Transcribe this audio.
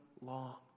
long